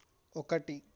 ఒకటి